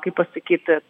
kaip pasakyt